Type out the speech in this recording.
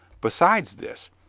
besides this,